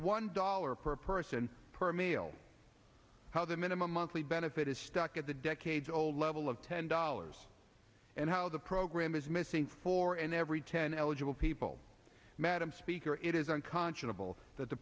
one dollar per person per mail how the minimum monthly benefit is stuck at the decade's old level of ten dollars and how the program is missing four and every ten eligible people madam speaker it is unconscionable that the